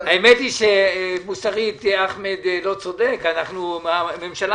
היא שמוסרית אחמד לא צודק אנחנו ממשלה